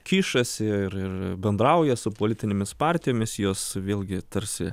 kišasi ir ir bendrauja su politinėmis partijomis jos vėlgi tarsi